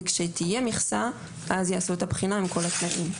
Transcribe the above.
כשתהיה מכסה, אז יעשו את הבחינה עם כל התנאים.